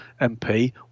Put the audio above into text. MP